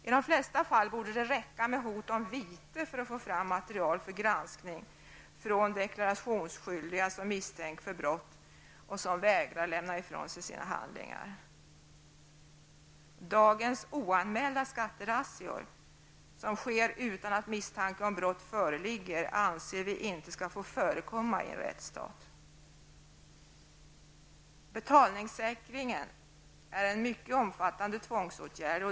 I de flesta fall borde det räcka med hot om vite för att få fram material för granskning från deklarationsskyldiga som misstänks för brott men som vägrar lämna ifrån sig sina handlingar. Dagens oanmälda skatterazzior, som sker utan att misstanke om brott föreligger, anser vi inte skall få förekomma i en rättsstat. Betalningssäkringen är en mycket omfattande tvångsåtgärd.